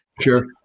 Sure